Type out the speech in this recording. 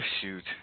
shoot